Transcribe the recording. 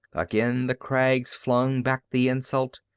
again the crags flung back the insult,